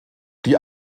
die